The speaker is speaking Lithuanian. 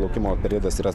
laukimo periodas yra